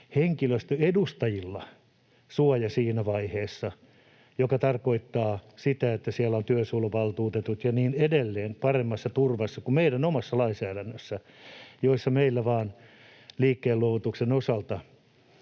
henkilöstön edustajilla suoja siinä vaiheessa — mikä tarkoittaa sitä, että siellä ovat työsuojeluvaltuutetut ja niin edelleen paremmassa turvassa kuin meidän omassa lainsäädännössämme, jossa meillä liikkeenluovutuksen osalta